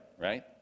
right